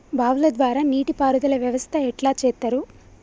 బావుల ద్వారా నీటి పారుదల వ్యవస్థ ఎట్లా చేత్తరు?